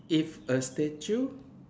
if a statue